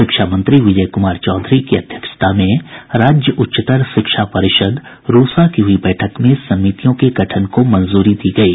शिक्षा मंत्री विजय कुमार चौधरी की अध्यक्षता में राज्य उच्चतर शिक्षा परिषदरूसा की हुई बैठक में समितियों के गठन को मंजूरी दी गयी